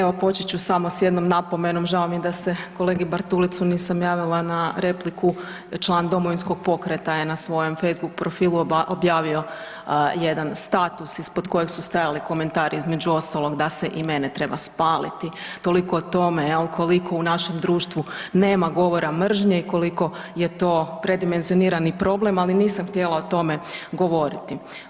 Evo počet ću samo s jednom napomenom žao mi je da se kolegi Bartulici nisam javila na repliku član Domovinskog pokreta je na svojem Facebook profilu objavio jedan status ispod kojeg su stajali komentari između ostalog da se i mene treba spaliti, toliko o tome jel koliko u našem društvu nema govora mržnje i koliko je to predimenzionirani problem, ali nisam htjela o tome govoriti.